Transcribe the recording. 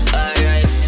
alright